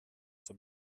zur